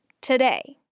today